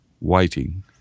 waiting